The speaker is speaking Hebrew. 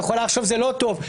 היא יכולה לחשוב שזה לא טוב,